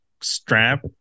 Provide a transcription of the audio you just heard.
strap